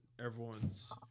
everyone's